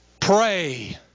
Pray